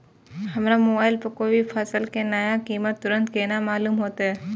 हमरा मोबाइल पर कोई भी फसल के नया कीमत तुरंत केना मालूम होते?